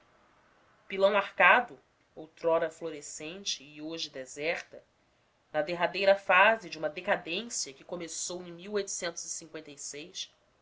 pilão arcado outrora florescente e hoje deserta na derradeira fase de uma decadência que começou em